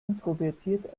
introvertiert